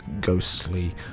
ghostly